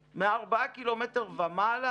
עצמית, מארבעה קילומטר ומעלה